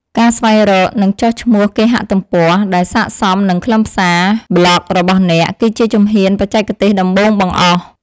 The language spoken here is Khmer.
ការស្វែងរក និងចុះឈ្មោះគេហទំព័រ ដែលសក្ដិសមនឹងខ្លឹមសារប្លក់របស់អ្នក គឺជាជំហានបច្ចេកទេសដំបូងបង្អស់។